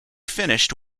finished